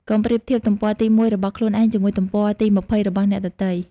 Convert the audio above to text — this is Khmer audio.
កុំប្រៀបធៀប "ទំព័រទី ១" របស់ខ្លួនឯង ជាមួយ "ទំព័រទី ២០" របស់អ្នកដទៃ។